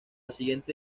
siguiente